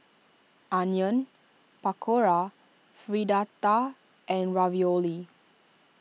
Onion Pakora Fritada and Ravioli